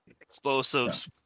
Explosives